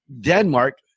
Denmark